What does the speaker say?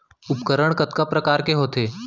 उपकरण कतका प्रकार के होथे?